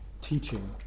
teaching